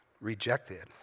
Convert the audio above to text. rejected